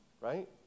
right